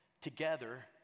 together